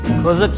cause